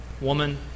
Woman